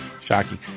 Shocking